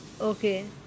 okay